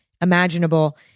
imaginable